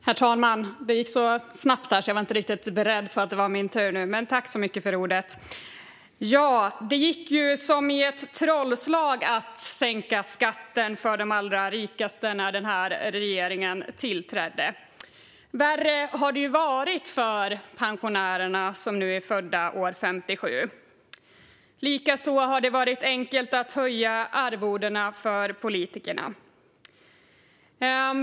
Herr talman! Det gick som genom ett trollslag att sänka skatten för de allra rikaste när regeringen tillträdde. Värre har det varit för pensionärerna som är födda år 1957. Likaså var det enkelt att höja arvodena för politikerna.